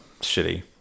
shitty